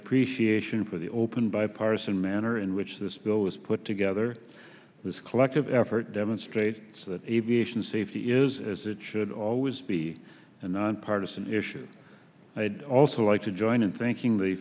appreciation for the open bipartisan manner in which this bill was put together a collective effort demonstrates that aviation safety is as it should always be a nonpartisan issue i'd also like to join in thinking the